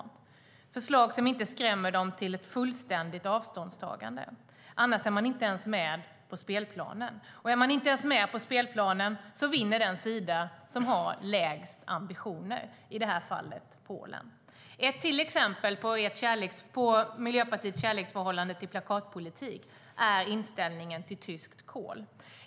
Det gäller förslag som inte skrämmer andra länder till ett fullständigt avståndstagande. Annars är man inte ens med på spelplanen. Är man inte ens med på spelplanen vinner den sida som har lägst ambitioner, i det här fallet Polen. Ett exempel på Miljöpartiets kärleksförhållande till plakatpolitik är inställningen till tyskt kol.